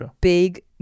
big